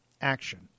action